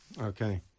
Okay